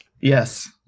Yes